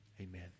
Amen